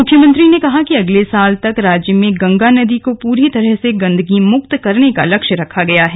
मुख्यमंत्री ने कहा कि अगले साल तक राज्य में गंगा नदी को पूरी तरह से गंदगी मुक्त करने का लक्ष्य रखा गया है